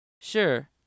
Sure